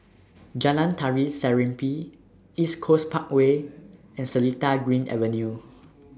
Jalan Tari Serimpi East Coast Parkway and Seletar Green Avenue